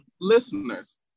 listeners